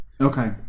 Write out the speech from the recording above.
Okay